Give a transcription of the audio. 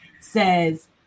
says